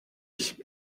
ich